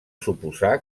suposar